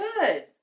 Good